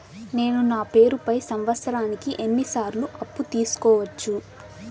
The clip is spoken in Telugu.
నేను నా పేరుపై సంవత్సరానికి ఎన్ని సార్లు అప్పు తీసుకోవచ్చు?